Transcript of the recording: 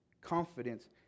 confidence